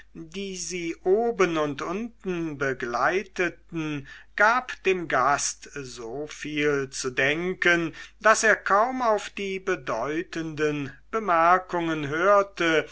die sie oben und unten begleiteten gab dem gast so viel zu denken daß er kaum auf die bedeutenden bemerkungen hörte